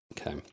okay